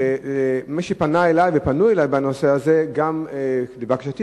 מי שפנה אלי בנושא הזה העביר לי לבקשתי